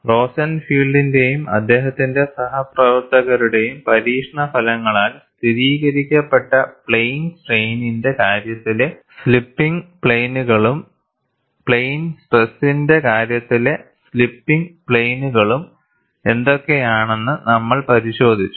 റോസൻഫീൽഡിന്റെയും അദ്ദേഹത്തിന്റെ സഹപ്രവർത്തകരുടെയും പരീക്ഷണഫലങ്ങളാൽ സ്ഥിരീകരിക്കപ്പെട്ട പ്ലെയിൻ സ്ട്രെയ്നിന്റെ കാര്യത്തിലെ സ്ലിപ്പിംഗ് പ്ലെയിനുകളും പ്ലെയിൻ സ്ട്രെസ്സിന്റെ കാര്യത്തിലെ സ്ലിപ്പിംഗ് പ്ലെയിനുകളും എന്തൊക്കെയാണെന്ന് നമ്മൾ പരിശോധിച്ചു